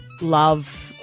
love